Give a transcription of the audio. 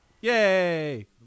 Yay